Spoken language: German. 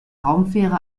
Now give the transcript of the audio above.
raumfähre